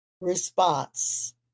response